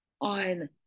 on